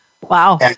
Wow